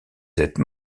cette